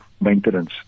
maintenance